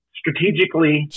strategically